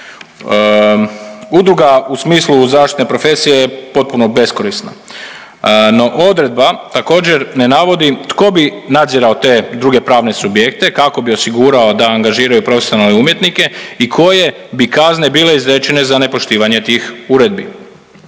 Udruga u smislu zaštitne profesije je potpuno beskorisna. No, odredba također ne navodi tko bi nadzirao te druge pravne subjekte, kako bi osigurao da angažiraju profesionalne umjetnike i koje bi kazne bile izrečene za nepoštivanje tih uredbi.